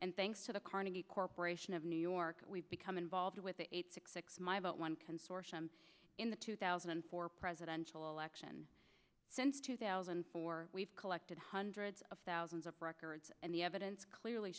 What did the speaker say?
and thanks to the carnegie corporation of new york we've become involved with eight six six my vote one consortium in the two thousand and four presidential election since two thousand and four we've collected hundreds of thousands of records and the evidence clearly